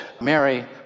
Mary